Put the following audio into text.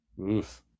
Oof